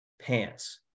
Pants